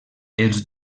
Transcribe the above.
els